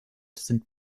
sind